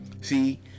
See